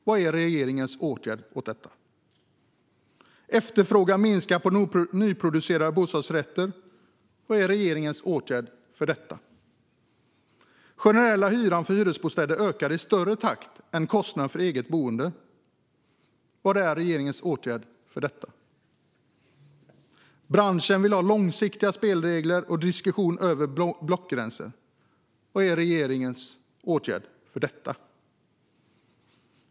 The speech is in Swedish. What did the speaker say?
Vad är regeringens åtgärd för detta? Efterfrågan minskar på nyproducerade bostadsrätter. Vad är regeringen åtgärd för detta? Den generella hyran för hyresbostäder ökar i högre takt än kostnaden för eget boende. Vad är regeringens åtgärd för detta? Branschen vill ha långsiktiga spelregler och diskussioner över blockgränser. Vad är regeringens åtgärd för detta?